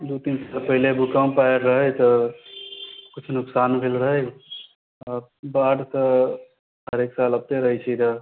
भूकंप पहिलले भूकंप आयल रहै तऽ किछु नुकसान भेल रहै आओर बाढ़ सऽ हर साल होइते रहै छै गऽ